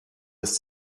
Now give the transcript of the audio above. ist